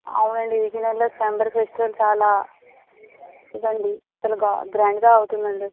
అవునండి విజయనగరంలో సంబర ఫెస్టివల్ చాలా ఇది అండి చాలా గ్రాండ్ గా అవుతుందండి